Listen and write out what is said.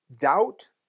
doubt